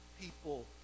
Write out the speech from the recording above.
people